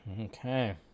Okay